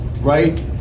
Right